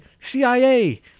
CIA